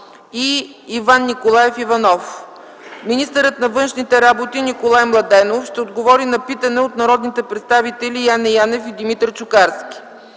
и Иван Николаев Иванов. Министърът на външните работи Николай Младенов ще отговори на питане от народните представители Яне Янев и Димитър Чукарски.